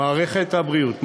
את מערכת הבריאות,